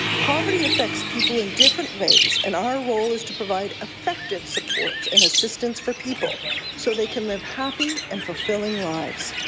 poverty affects people in different ways and our role is to provide effective supports and assistance for people so they can live happy and fulfilling lives.